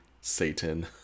satan